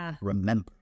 remember